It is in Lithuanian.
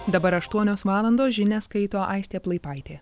dabar aštuonios valandos žinias skaito aistė plaipaitė